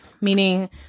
meaning